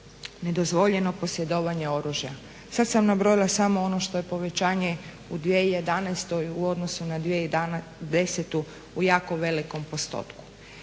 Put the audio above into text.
nedozvoljeno posjedovanje oružja. Sad sam nabrojila samo ono što je povećanje u 2011. u odnosu na 2010. u jako velikom postotku.